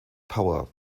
power